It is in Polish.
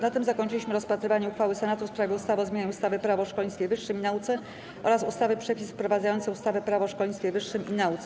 Na tym zakończyliśmy rozpatrywanie uchwały Senatu w sprawie ustawy o zmianie ustawy - Prawo o szkolnictwie wyższym i nauce oraz ustawy - Przepisy wprowadzające ustawę - Prawo o szkolnictwie wyższym i nauce.